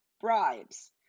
bribes